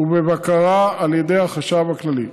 ובבקרה על ידי החשב הכללי.